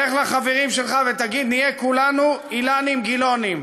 לך לחברים שלך ותגיד: נהיה כולנו אילנים גילאונים.